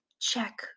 check